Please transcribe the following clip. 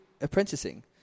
apprenticing